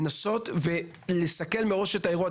לנסות ולסכל מראש את האירוע.